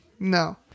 No